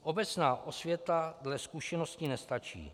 Obecná osvěta dle zkušeností nestačí.